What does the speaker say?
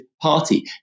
Party